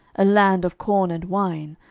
a land of corn and wine,